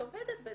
היא עובדת בזה".